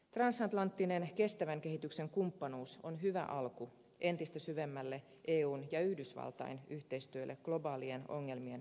transatlanttinen kestävän kehityksen kumppanuus on hyvä alku entistä syvemmälle eun ja yhdysvaltain yhteistyölle globaalien ongelmien käsittelyssä